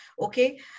okay